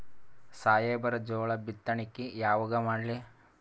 ಸಾಹೇಬರ ಜೋಳ ಬಿತ್ತಣಿಕಿ ಯಾವಾಗ ಮಾಡ್ಲಿ?